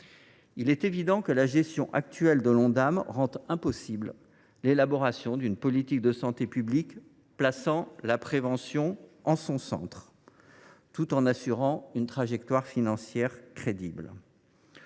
Il est évident que la gestion actuelle de l’Ondam rend impossible l’élaboration d’une politique de santé publique plaçant la prévention en son centre, tout en assurant une trajectoire financière crédible.